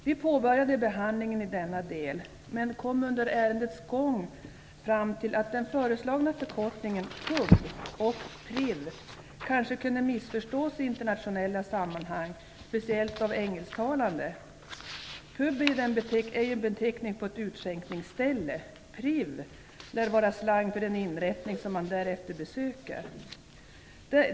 Vi påbörjade behandling i denna del, men kom under ärendets gång fram till att de föreslagna förkortningarna "pub" och "priv" kanske kunde missförstås i internationella sammanhang, speciellt av engelsktalande människor. "Pub" är ju en beteckning på ett utskänkningsställe. "Priv" lär vara slang för den inrättning som man därefter besöker.